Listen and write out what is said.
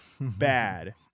bad